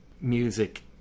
music